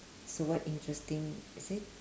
so what interesting is it